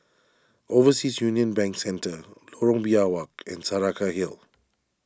Overseas Union Bank Centre Lorong Biawak and Saraca Hill